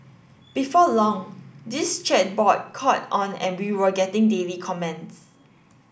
before long this chat board caught on and we were getting daily comments